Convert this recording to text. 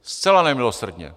Zcela nemilosrdně.